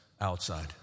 outside